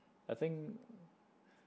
I think